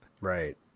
Right